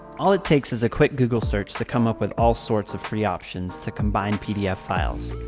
all it takes is a quick google search to come up with all sorts of free options to combine pdf files.